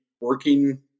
working